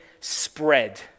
spread